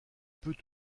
peut